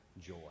joy